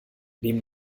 neben